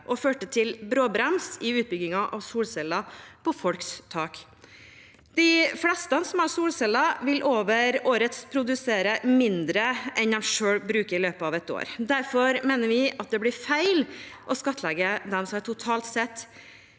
og førte til bråbrems i utbyggingen av solceller på folks tak. De fleste som har solceller, vil over året produsere mindre enn de selv bruker i løpet av et år. Derfor mener vi at det blir feil å skattlegge dem som totalt sett